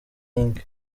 inc